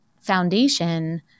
foundation